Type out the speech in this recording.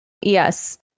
Yes